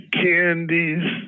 candies